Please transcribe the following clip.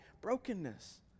brokenness